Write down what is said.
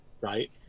right